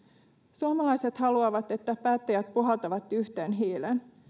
suomalaiset haluavat että päättäjät puhaltavat yhteen hiileen